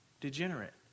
degenerate